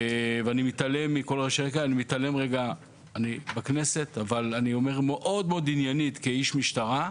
אני מתעלם רגע מזה שאני בכנסת ואומר פה כאיש משטרה,